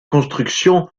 construction